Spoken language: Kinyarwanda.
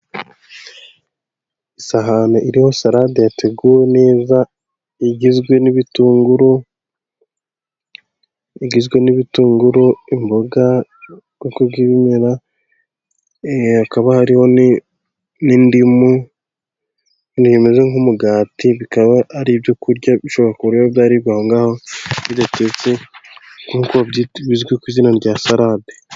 Isahani iriho salade yateguwe neza igizwe n'ibitungu, igizwe n'ibitunguru imboga, ubwoko bw'ibimera hakaba hariho n'indimu, n'ibintu bimeze nk'umugati bikaba ari ibyo kurya bishobora kuba byaribwa ahongaho bidatetse nkuko bizwi ku izina rya salade.